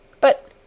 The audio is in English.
But